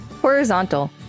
Horizontal